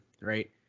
right